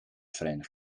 verenigd